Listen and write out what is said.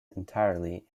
entirely